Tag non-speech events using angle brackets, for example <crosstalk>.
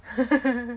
<laughs>